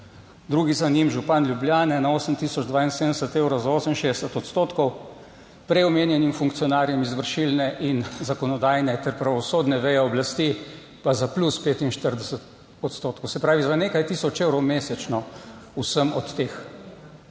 drugi za njim, župan Ljubljane na 8072 evrov za 68 odstotkov, prej omenjenim funkcionarjem izvršilne in zakonodajne ter pravosodne veje oblasti pa za plus 45 odstotkov. Se pravi za nekaj 1000 evrov mesečno vsem od teh.